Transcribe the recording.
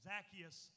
Zacchaeus